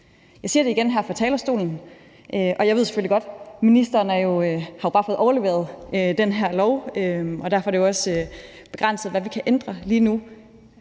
Jeg siger det igen her fra talerstolen – og jeg ved selvfølgelig godt, at ministeren bare har fået overleveret de her lovforslag, og derfor er det jo også begrænset, hvad vi kan ændre lige nu.